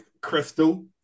crystal